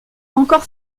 encore